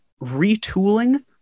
retooling